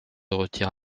retire